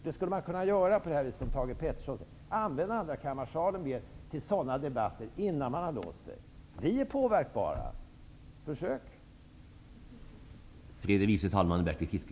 Man skulle kunna göra som Thage G Peterson säger, nämligen att mer använda andrakammarsalen till sådana debatter, innan man har låst sig. Vi i Ny demokrati är påverkbara. Försök!